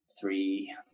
three